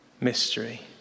mystery